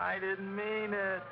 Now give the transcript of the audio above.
i didn't mean it